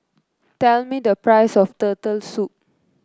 tell me the price of Turtle Soup